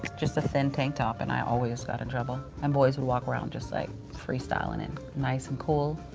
just a think tank top and i always got in trouble. and boys would walk around just like free-styling and nice and cool.